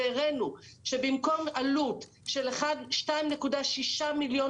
והראינו שבמקום עלות של 2.6 מיליון